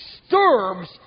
disturbs